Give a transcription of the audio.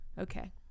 okay